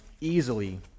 easily